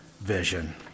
vision